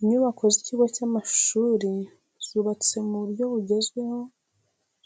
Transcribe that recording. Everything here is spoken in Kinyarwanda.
Inyubako z'ikigo cy'amashuri zubatse mu buryo bugezweho